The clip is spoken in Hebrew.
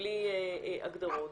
ובלי הגדרות,